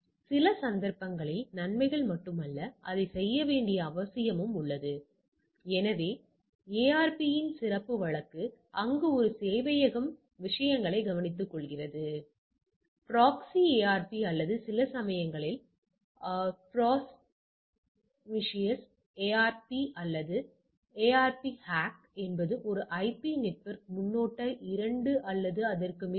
எனவே உங்கள் இன்மை கருதுகோளானது பெறப்படும் மாற்று கருதுகோளானது எனவே உங்கள் சோதனை புள்ளிவிவரங்கள் ஒப்பிடப்படுவதை நினைவில் கொள்ளுங்கள் இன்மை கருதுகோளானது மாற்று கருதுகோளானது அதன் பின்னர் நீங்கள் என்ன செய்கிறீர்கள்